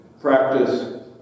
practice